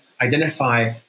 identify